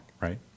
right